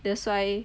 that's why